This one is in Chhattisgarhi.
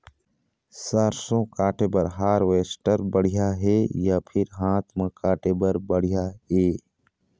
सरसों काटे बर हारवेस्टर बढ़िया हे या फिर हाथ म काटे हर बढ़िया ये?